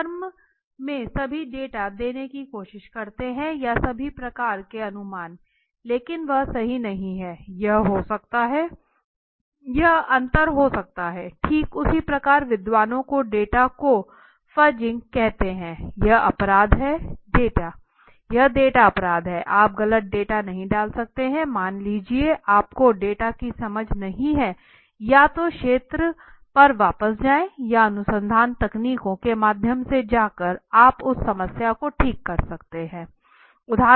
एक फर्म में सभी डेटा देने की कोशिश करते हैं या सभी प्रकार के अनुमान लेकिन वह सही नहीं है यह हो सकता है यह अंतर हो सकता है ठीक उसी प्रकार विद्वानों को डेटा को फुडजिंग करते देखा हैं यह अपराध है डेटा आप गलत डेटा नहीं डाल सकते हैं मान लीजिए आप को डेटा की समझ नहीं है या तो क्षेत्र पर वापस जाएं या अनुसंधान तकनीकों के माध्यम से जाकर आप उस समस्या को ठीक कर सकते हैं